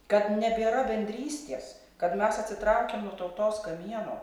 kad nebėra bendrystės kad mes atsitraukiam nuo tautos kamieno